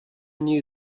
knew